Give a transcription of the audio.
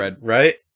right